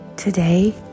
Today